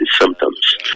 symptoms